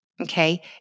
okay